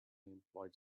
employed